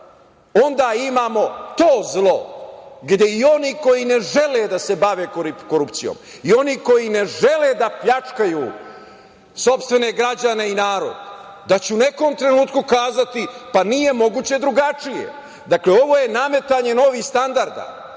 onda imamo to zlo gde i oni koji ne žele da se bave korupcijom i oni koji ne žele da pljačkaju sopstvene građane i narod, da će u nekom trenutku kazati – pa nije moguće drugačije. Ovo je nametanje novih standarda,